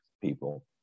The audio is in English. people